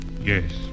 Yes